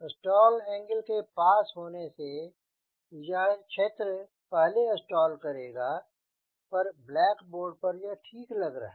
stall angle के पास होने से यह क्षेत्र पहले स्टॉल करेगा पर ब्लैक बोर्ड पर यह ठीक लग रहा है